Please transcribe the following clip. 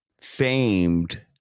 famed